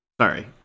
Sorry